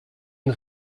une